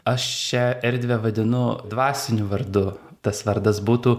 aš šią erdvę vadinu dvasiniu vardu tas vardas būtų